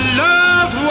love